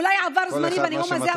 אולי עבר זמני בנאום הזה,